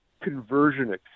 conversion